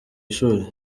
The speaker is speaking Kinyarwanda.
ishuli